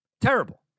Terrible